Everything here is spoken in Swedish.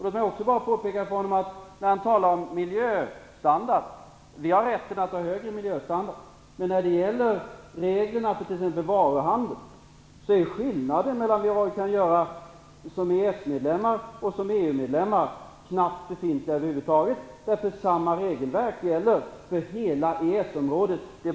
Låt mig också få påpeka för honom, när han talar om miljöstandard, att vi har rätten till en högre miljöstandard. Men när det gäller reglerna för t.ex. varuhandel är ju skillnaden mellan vad vi kan göra som EES-medlemmar och som EU-medlemmar knappt befintliga över huvud taget, för samma regelverk gäller för hela EES-området.